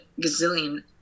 gazillion